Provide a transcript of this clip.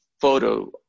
photo